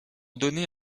donner